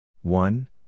One